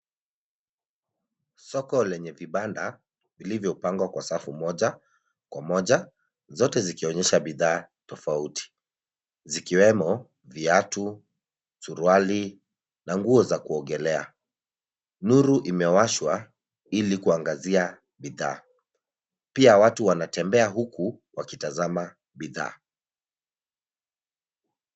Soko lenye vibanda vilivyopangwa kwa safu moja kwa moja, zote zikionyesha bidhaa tofauti ,zikiwemo viatu, suruali na nguo za kuogelea. Nuru imewashwa ili kuangazia bidhaa. Pia watu wanatembea huku wakitazama bidhaa.